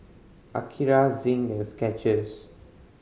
Akira Zin and Skechers